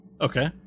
Okay